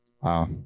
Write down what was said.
Wow